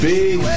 Big